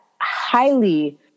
highly